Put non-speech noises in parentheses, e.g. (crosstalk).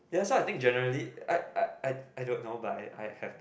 ya so I think generally I I I I don't know but I I have (noise)